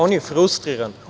On je frustriran.